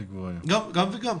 גם וגם.